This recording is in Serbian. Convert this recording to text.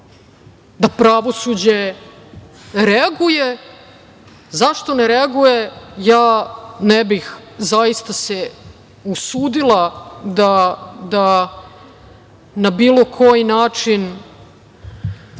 da pravosuđe reaguje. Zašto ne reaguje, ja ne bih zaista se usudila da na bilo koji način